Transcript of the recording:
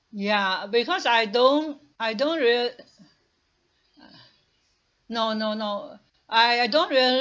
ya because I don't I don't rea~ no no no I I don't really